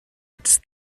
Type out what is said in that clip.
ets